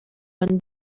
when